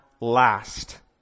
last